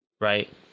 Right